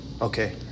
Okay